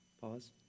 pause